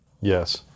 Yes